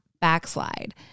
backslide